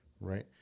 right